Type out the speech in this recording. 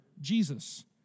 Jesus